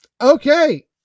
Okay